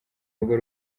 rugo